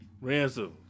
ransom